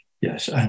yes